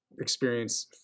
experience